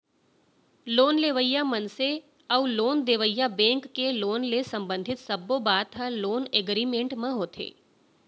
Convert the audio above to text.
loan लेवइया मनसे अउ लोन देवइया बेंक के लोन ले संबंधित सब्बो बात ह लोन एगरिमेंट म होथे